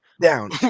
down